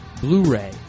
Blu-ray